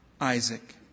Isaac